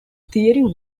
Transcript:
theory